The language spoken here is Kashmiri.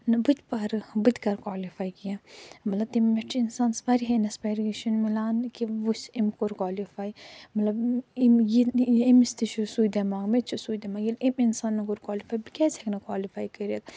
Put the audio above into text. بہِ تہِ پرٕ بہٕ تہِ کَرٕ کالِفے کیٚنٛہہ مطلب تَمہِ پٮ۪ٹھ چھُ اِنسانس واریاہ اِنٮ۪سپایرٮیشن میلان کہِ وُچھ أمۍ کوٚر کالِفے مطلب أمۍ ییٚلہِ أمِس تہِ چھُ سُے دٮ۪ماغ مےٚ تہِ چھُ سُے دٮ۪ماغ ییٚلہِ أمۍ انسانن کوٚر کالِفے بہٕ کیٚازِ ہٮ۪کہٕ نہٕ کالِفے کٔرِتھ